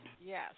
yes